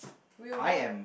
we'll what